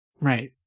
Right